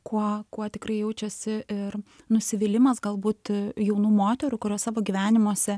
kuo kuo tikrai jaučiasi ir nusivylimas galbūt jaunų moterų kurios savo gyvenimuose